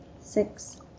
six